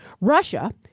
Russia